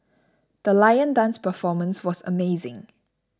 the lion dance performance was amazing